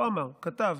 לא אמר, כתב,